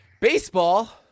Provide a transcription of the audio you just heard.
Baseball